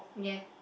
yeah